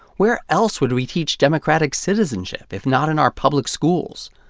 where else would we teach democratic citizenship, if not in our public schools?